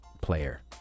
player